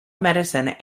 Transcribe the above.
medicine